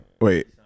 Wait